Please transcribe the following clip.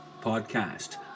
podcast